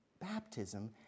baptism